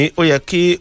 oyaki